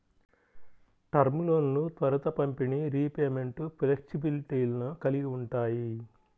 term లోన్లు త్వరిత పంపిణీ, రీపేమెంట్ ఫ్లెక్సిబిలిటీలను కలిగి ఉంటాయి